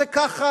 זה ככה,